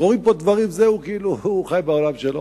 קורים פה דברים, הוא חי בעולם שלו.